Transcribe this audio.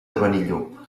benillup